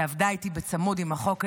שעבדה איתי צמוד על החוק הזה.